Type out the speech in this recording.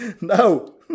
No